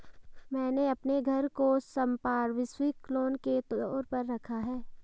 मैंने अपने घर को संपार्श्विक लोन के तौर पर रखा है